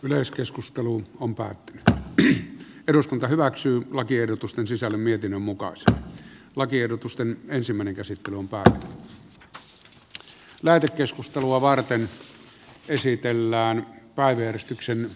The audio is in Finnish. yleiskeskusteluun kompact kaksi eduskunta hyväksyy lakiehdotusten sisällön mietinnön mukaan se on lakiehdotusten ensimmäinen käsittely on pään lähetekeskustelua varten esitellään todistuksia